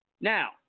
Now